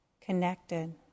connected